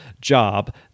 job